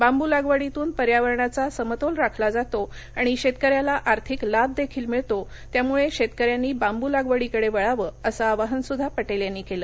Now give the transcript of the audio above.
बांबू लागवडीतून पर्यावरणाचा समतोल राखला जातो आणि शक्किऱ्याला आर्थिक लाभ दक्षील मिळतो त्यामुळशिक्रियांनी बांबू लागवडीकडवळावं असं आवाहनसुद्धा पटक्षीयांनी कवि